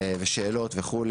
ושאלות וכו'.